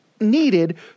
needed